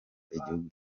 igihugu